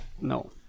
No